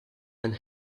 and